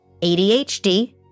ADHD